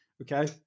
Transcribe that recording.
okay